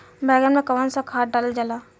बैंगन में कवन सा खाद डालल जाला?